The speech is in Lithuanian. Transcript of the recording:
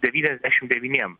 devyniasdešim devyniem